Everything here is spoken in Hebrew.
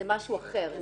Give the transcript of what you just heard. זה משהו אחר.